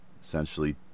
essentially